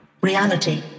Reality